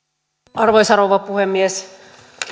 arvoisa rouva puhemies